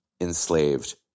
enslaved